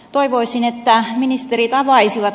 toivoisin että ministerit avaisivat